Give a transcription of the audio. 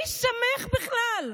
מי שמך בכלל?